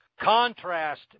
contrast